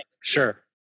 sure